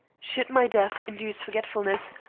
should my death induce forgetfulness,